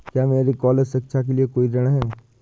क्या मेरे कॉलेज शिक्षा के लिए कोई ऋण है?